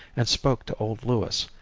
and spoke to old lewis,